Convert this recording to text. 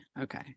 okay